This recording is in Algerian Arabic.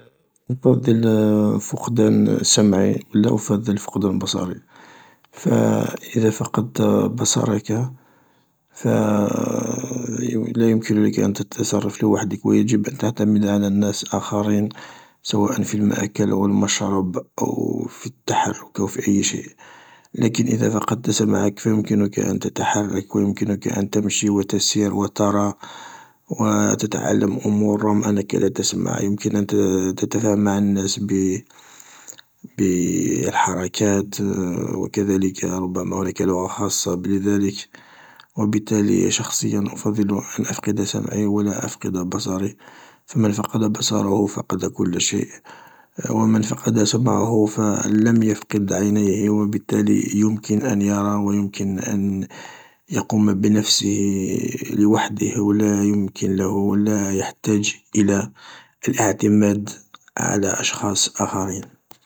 أفضل فقدان سمعي و لاأفضل فقدان بصري فاذا فقدت بصرك فلا يمكن لك أن تتصرف لوحدك و يجب أن تعتمد على الناس الآخرين سواءا في المأكل و المشرب و في التحرك أو أي شيء: لكن اذا فقدت سمعك فيمكنك ان تتحرك و يمكنك ان تمشي و تسير و ترى و تتعلم أمور، رغم انك لا تسمع يمكن أن تتفاهم مع الناس بالحركات و كذلك ربما هناك لغة خاصة بذلك و بالتالي شخصيا أفضل ان أفقد سمعي و لا أفقد بصري فمن فقد بصره فقد كل شيء و من فقد سمعه فلم يفقد عينيه و بالتالي يمكن أن يرى و يمكن ان يقوم بنفسه لوحده ولا يمكن له لا يحتاج الى الاعتماد على أشخاص آخرين.